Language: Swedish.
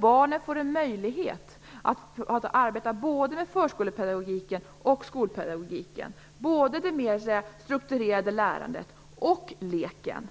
Barnen får då en möjlighet att arbeta med både förskolepedagogiken och skolpedagogiken, både det mer strukturerade lärandet och leken.